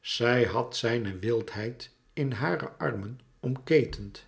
zij had zijne wildheid in hare armen omketend